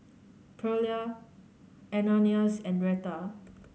Pearla Ananias and Reta